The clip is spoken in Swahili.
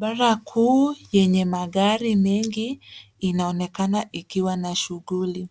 Barabara kuu yenye magari mengi inaonekana ikiwa na shughuli.